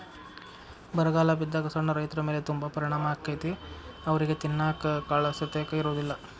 ಬರಗಾಲ ಬಿದ್ದಾಗ ಸಣ್ಣ ರೈತರಮೇಲೆ ತುಂಬಾ ಪರಿಣಾಮ ಅಕೈತಿ ಅವ್ರಿಗೆ ತಿನ್ನಾಕ ಕಾಳಸತೆಕ ಇರುದಿಲ್ಲಾ